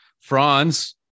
Franz